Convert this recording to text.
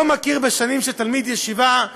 לא מכיר בשנים של תלמיד ישיבה,